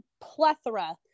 plethora